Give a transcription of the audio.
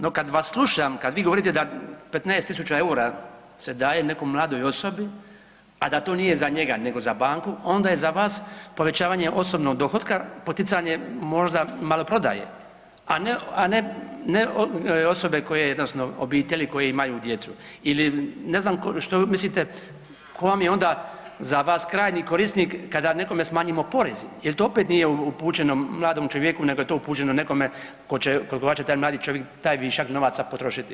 No kad vas slušam, kad vi govorite da 15 000 eura se daje nekoj mladoj osobi a da to nije za njega nego za banku, onda je za vas povećavanje osobnog dohotka, poticanje možda maloprodaje a ne osobe odnosno obitelji koje imaju djecu ili ne znam što vi mislite, ko je onda za vas krajnji korisnik kada nekome smanjimo poreze, jel to opet nije upućenom mladom čovjeku nego je to upućeno nekome koga će taj mladi čovjek, taj višak novac potrošiti?